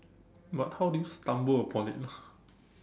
but how did you stumble upon it